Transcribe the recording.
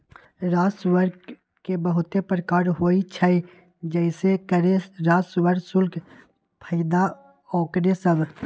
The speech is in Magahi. राजस्व के बहुते प्रकार होइ छइ जइसे करें राजस्व, शुल्क, फयदा आउरो सभ